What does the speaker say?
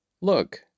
Look